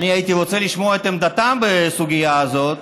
הייתי רוצה לשמוע את עמדתם בסוגיה הזאת,